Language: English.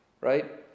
Right